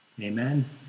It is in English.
Amen